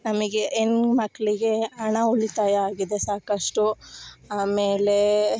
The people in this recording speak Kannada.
ನಮಗೆ ಹೆಣ್ಣು ಮಕ್ಕಳಿಗೆ ಹಣ ಉಳಿತಾಯ ಆಗಿದೆ ಸಾಕಷ್ಟು ಆಮೇಲೇ